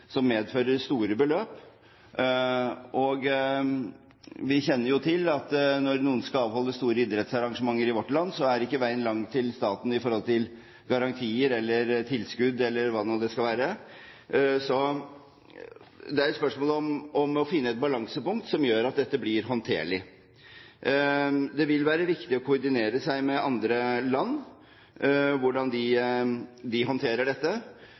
som medfører store beløp. Vi kjenner jo til at når noen skal avholde store idrettsarrangementer i vårt land, er ikke veien lang til staten i forhold til garantier eller tilskudd, eller hva det nå skulle være. Så det er et spørsmål om å finne et balansepunkt som gjør at dette blir håndterlig. Det vil være viktig å koordinere seg med andre land i forhold til hvordan de håndterer dette,